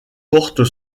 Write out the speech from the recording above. porte